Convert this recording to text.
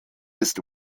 ist